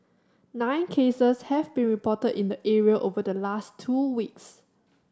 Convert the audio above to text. nine cases have been reported in the area over the last two weeks